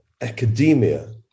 academia